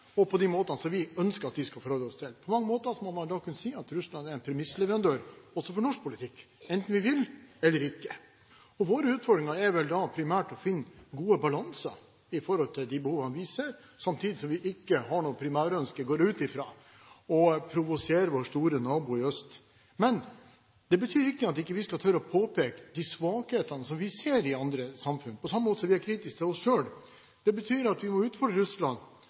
og på de måtene som vi ønsker at de skal forholde seg. På mange måter må man da kunne si at Russland er en premissleverandør også for norsk politikk, enten vi vil eller ikke. Vår utfordring er vel da primært å finne god balanse i forhold de behovene vi ser, samtidig som vi ikke har noe primærønske – går jeg ut fra – om å provosere vår store nabo i øst. Men det betyr ikke at vi ikke skal tørre å påpeke de svakhetene som vi ser i andre samfunn, på samme måte som vi er kritiske til oss selv. Det betyr at vi må utfordre Russland